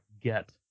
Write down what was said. get